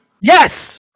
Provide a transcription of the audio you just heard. yes